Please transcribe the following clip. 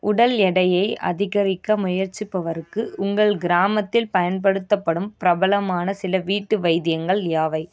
உடல் எடையை அதிகரிக்க முயற்சிப்பவருக்கு உங்கள் கிராமத்தில் பயன்படுத்தப்படும் பிரபலமான சில வீட்டு வைத்தியங்கள் யாவை